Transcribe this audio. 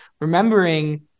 remembering